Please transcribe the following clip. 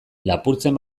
lapurtzen